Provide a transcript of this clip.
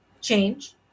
change